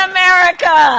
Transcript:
America